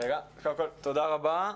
קודם כל תודה רבה.